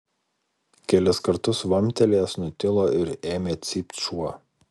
kelis kartus vamptelėjęs nutilo ir ėmė cypt šuo